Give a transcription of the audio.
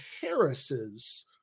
Harris's